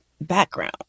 background